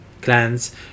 Clans